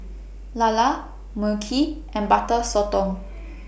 Lala Mu Kee and Butter Sotong